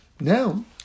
Now